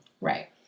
Right